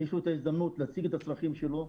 יש לו את ההזדמנות להציג את הצרכים שלו,